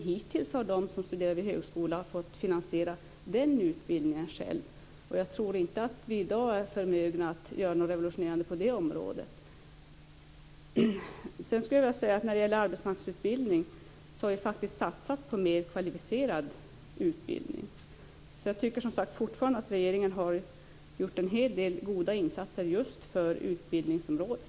Men hittills har de som studerar vid högskolan fått finansiera den utbildningen själva. Jag tror inte att vi i dag är förmögna att göra något revolutionerande på det området. När det gäller arbetsmarknadsutbildningen så har vi faktiskt satsat på mer kvalificerad utbildning. Jag tycker som sagt fortfarande att regeringen har gjort en hel del goda insatser just på utbildningsområdet.